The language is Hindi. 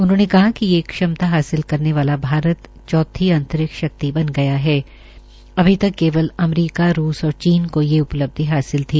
उन्होंने कहा कि ये क्षमता हासिल करने वाला भारतचौथी अंतरिक्ष शक्ति बन गया है अभी तक केवल अमरीका रूस और चीन को यह उपलिब्ध हासिल थी